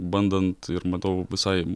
bandant ir matau visai